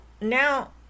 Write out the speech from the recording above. now